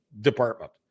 department